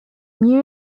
new